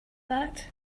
that